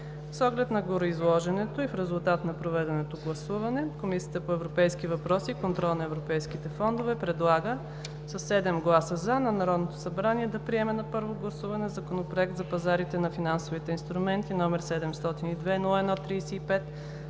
С оглед на гореизложеното и в резултат на проведеното гласуване Комисията по европейските въпроси и контрол на европейските фондове предлага: със 7 гласа „за” на Народното събрание да приеме на първо гласуване Законопроект за пазарите на финансови инструменти, № 702-01-35,